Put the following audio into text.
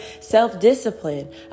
self-discipline